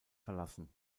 verlassen